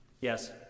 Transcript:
Yes